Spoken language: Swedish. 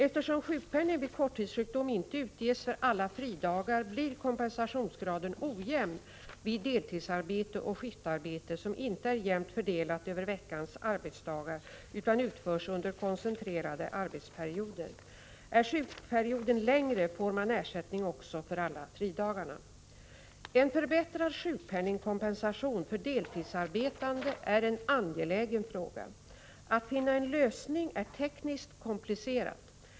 Eftersom sjukpenning vid korttidssjukdom inte utges för alla fridagar blir kompensationsgraden ojämn vid deltidsarbete och skiftarbete som inte är jämnt fördelat över veckans arbetsdagar utan utförs under koncentrerade arbetsperioder. Är sjukperioden längre får man ersättning också för alla fridagarna. En förbättrad sjukpenningskompensation för deltidsarbetande är en angelägen fråga. Att finna en lösning är tekniskt komplicerat.